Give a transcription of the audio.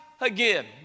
again